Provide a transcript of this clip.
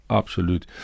absoluut